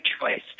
choice